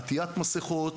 עטיית מסכות,